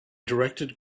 directed